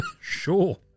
Sure